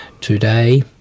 today